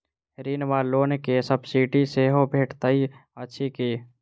ऋण वा लोन केँ सब्सिडी सेहो भेटइत अछि की?